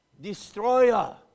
Destroyer